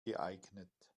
geeignet